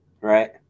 right